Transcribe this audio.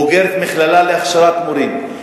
בוגרת מכללה להכשרת מורים,